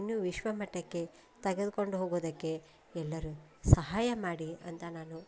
ಇನ್ನು ವಿಶ್ವಮಟ್ಟಕ್ಕೆ ತಗೆದುಕೊಂಡು ಹೋಗೋದಕ್ಕೆ ಎಲ್ಲರೂ ಸಹಾಯ ಮಾಡಿ ಅಂತ ನಾನು